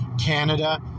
Canada –